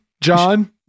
John